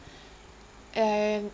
and